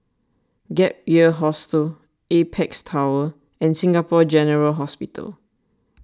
Gap Year Hostel Apex Tower and Singapore General Hospital